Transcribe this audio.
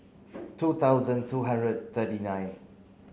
two thousand two hundred thirty nine